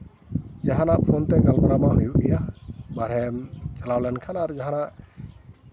ᱡᱟᱦᱟᱱᱟᱜ ᱯᱷᱳᱱ ᱛᱮ ᱜᱟᱞᱢᱟᱨᱟᱣ ᱫᱚ ᱦᱩᱭᱩᱜ ᱜᱮᱭᱟ ᱵᱟᱦᱨᱮ ᱦᱟᱹᱵᱤᱡ ᱮᱢ ᱪᱟᱞᱟᱣ ᱞᱮᱱᱠᱷᱟᱱ ᱟᱨ ᱡᱟᱦᱟᱱᱟᱜ